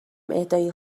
اهدای